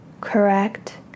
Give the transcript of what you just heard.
Correct